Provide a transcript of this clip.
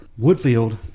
Woodfield